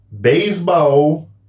baseball